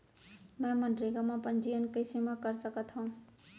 मैं मनरेगा म पंजीयन कैसे म कर सकत हो?